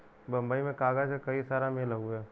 बम्बई में कागज क कई सारा मिल हउवे